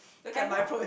I know